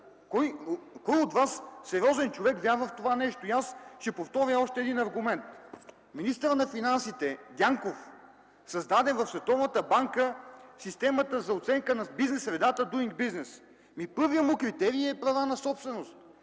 Кой сериозен човек от вас вярва в това нещо? Ще повторя още един аргумент. Министърът на финансите Дянков създаде в Световната банка системата за оценка на бизнес средата – дуинг бизнес, и първият му критерий е „права на собственост”.